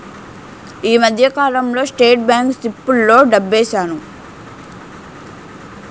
ఈ మధ్యకాలంలో State Bank సిప్పుల్లో డబ్బేశాను